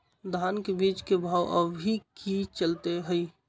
धान के बीज के भाव अभी की चलतई हई?